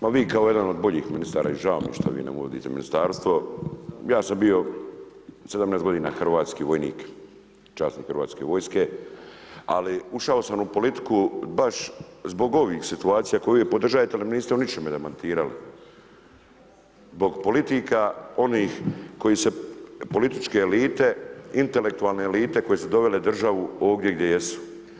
Ma vi kao jedan od boljih ministara, i žao mi je što vi ne vodite ministarstvo, ja sam bio 17 godina hrvatski vojnik, časnik hrvatske vojske ali ušao sam u politiku baš zbog ovih situacija koje vi podržavate ali me niste u ničemu demantirali, zbog politika onih koji se, političke elite, intelektualne elite koje su dovele državu ovdje gdje jesu.